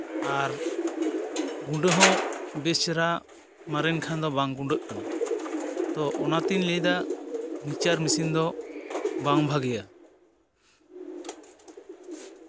ᱟᱨ ᱜᱩᱸᱰᱟᱹ ᱦᱚᱸ ᱵᱮᱥ ᱪᱮᱨᱦᱟ ᱢᱟᱨᱮᱭᱮᱱ ᱠᱷᱟᱱ ᱫᱚ ᱵᱟᱝ ᱜᱩᱸᱰᱟᱹᱜ ᱠᱟᱱᱟ ᱛᱚ ᱚᱱᱟᱛᱮᱧ ᱞᱟᱹᱭᱫᱟ ᱢᱤᱠᱥᱪᱟᱨ ᱢᱤᱥᱤᱱ ᱫᱚ ᱵᱟᱝ ᱵᱷᱟᱜᱮᱭᱟ